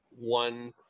one